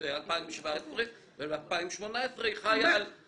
ל-2017 וב-2018 היא חיה על תקציב מיוחד.